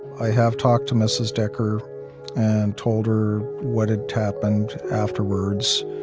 i have talked to mrs. decker and told her what had happened afterwards.